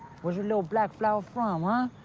where's your little black flower from, huh?